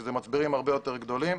שאלה מצברים הרבה יותר גדולים.